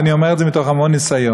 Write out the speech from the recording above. ואני אומר את זה מתוך המון ניסיון: